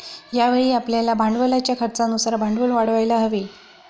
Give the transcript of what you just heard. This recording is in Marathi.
यावेळी आपल्याला भांडवलाच्या खर्चानुसार भांडवल वाढवायला हवे